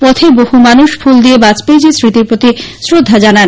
পথে বহু মানুষ ফুল দিয়ে বাজপেয়ীজীর স্মৃতির প্রতি শ্রদ্ধা জানান